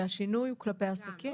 שהשינוי הוא כלפי עסקים,